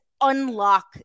unlock